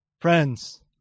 Friends